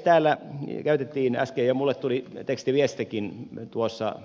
täällä käytettiin äsken ja minulle tuli tekstiviestikin tuossa